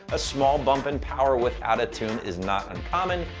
a small bump in power without a tune is not uncommon.